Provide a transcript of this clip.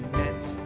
it